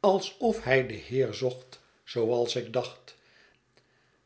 alsof hij den heer zocht zooals ik dacht